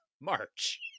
march